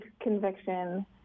conviction